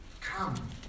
Come